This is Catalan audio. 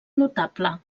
notable